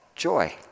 Joy